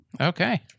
Okay